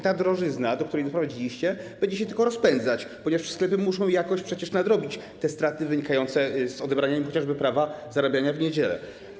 Ta drożyzna, do której doprowadziliście, będzie się tylko rozpędzać, ponieważ te sklepy muszą jakoś przecież nadrobić straty wynikające z odebrania im chociażby prawa zarabiania w niedziele.